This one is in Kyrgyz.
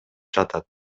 жатат